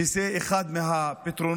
שזה אחד מהפתרונות.